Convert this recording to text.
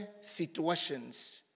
situations